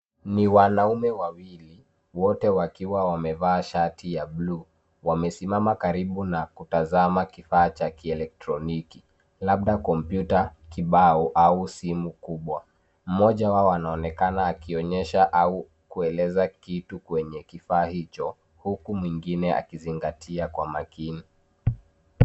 Ni wanaume wawili wote wakiwa wamevaa shati ya blue . Wamesimama karibu na kutazama kifaa cha kieletroniki, labda kompyuta kibao au simu kubwa. Mmoja wao anaonekana akionyesha au kueleza kitu kwenye kifaa hicho, huku mwengine akizingatia kwa makini.